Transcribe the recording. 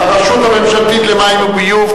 הרשות הממשלתית למים וביוב,